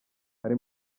ari